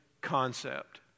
concept